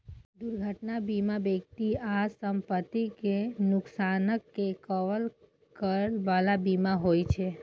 दुर्घटना बीमा व्यक्ति आ संपत्तिक नुकसानक के कवर करै बला बीमा होइ छे